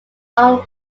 own